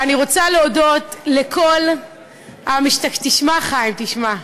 ואני רוצה להודות לכל המשתתפים, תשמע, חיים, תשמע,